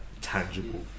tangible